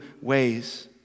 ways